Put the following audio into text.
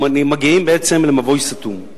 אנחנו מגיעים בעצם למבוי סתום,